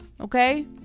Okay